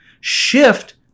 shift